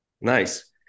nice